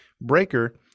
Breaker